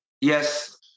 Yes